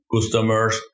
customers